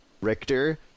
Richter